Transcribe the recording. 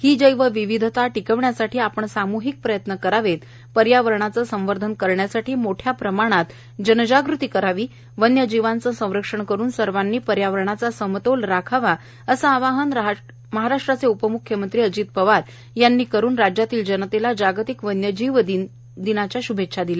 ही जैव विविधता टिकविण्यासाठी आपण सामूहिक प्रयत्न करावेत पर्यावरणाचे संवर्धन करण्यासाठी मोठ्या प्रमाणात जनजागृती करावी वन्यजीवांचे संरक्षण करून सर्वांनी पर्यावरणाचा समतोल राखावा असे आवाहन उपम्ख्यमंत्री अजित पवार यांनी करुन राज्यातील जनतेला जागतिक वन्यजीव दिनाच्या श्भेच्छा दिल्या